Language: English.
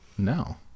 No